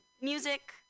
music